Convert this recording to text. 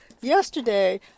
yesterday